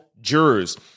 jurors